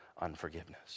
unforgiveness